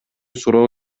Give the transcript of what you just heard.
суроо